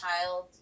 child